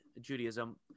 Judaism